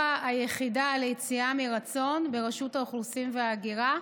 היחידה ליציאה מרצון ברשות האוכלוסין וההגירה.